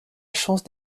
chance